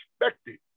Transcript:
expected